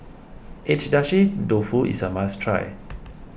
Agedashi Dofu is a must try